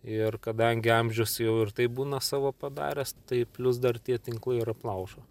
ir kadangi amžius jau ir taip būna savo padaręs tai plius dar tie tinklai ir aplaužo